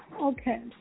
Okay